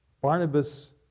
Barnabas